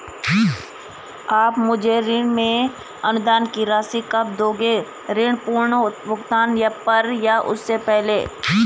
आप मुझे ऋण में अनुदान की राशि कब दोगे ऋण पूर्ण भुगतान पर या उससे पहले?